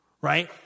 right